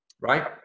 Right